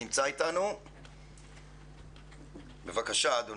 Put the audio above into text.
בבקשה, אדוני.